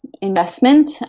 investment